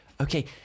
Okay